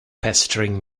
pestering